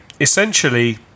essentially